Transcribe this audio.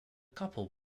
couple